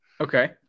Okay